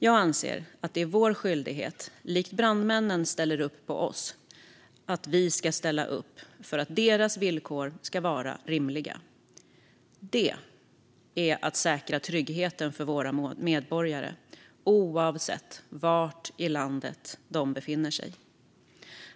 Det är vår skyldighet att liksom brandmännen ställer upp på oss ställa upp för att deras villkor ska vara rimliga. Det är att säkra tryggheten för våra medborgare oavsett var i landet de befinner sig.